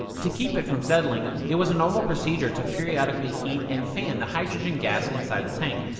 to keep it from settling, it was a normal procedure to periodically heat and fan the hydrogen gas inside the tank.